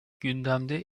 gündemde